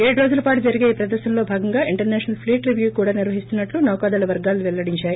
ఏడు రోజుల పాటు జరిగే ఈ ప్రదర్వనలో భాగంగా ఇంటర్సే షనల్ ప్లీట్ రివ్యూ కూడా నిర్వహిస్తున్నట్లు నౌకాదళ వర్గాలు పెల్లడించాయి